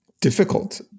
difficult